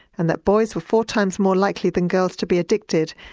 and that boys were four times more likely than girls to be addicted,